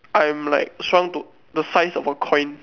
I'm like shrunk to the size of a coin